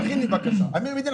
אמיר מדינה,